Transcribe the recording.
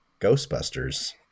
Ghostbusters